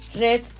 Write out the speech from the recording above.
Red